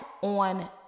on